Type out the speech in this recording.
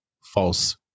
false